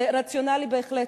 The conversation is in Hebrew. ורציונלי, בהחלט.